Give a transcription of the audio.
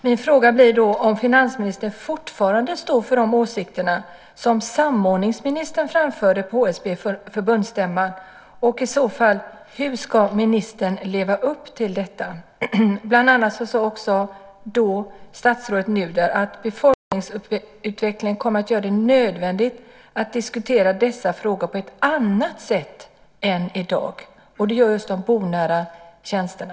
Min fråga blir om finansministern fortfarande står för de åsikter som samordningsministern framförde på HSB:s förbundsstämma, och i så fall hur ministern ska leva upp till detta. Statsrådet Nuder sade då också: Befolkningsutvecklingen kommer att göra det nödvändigt att diskutera dessa frågor på ett annat sätt än i dag. Det gäller just de bonära tjänsterna.